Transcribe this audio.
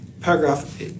paragraph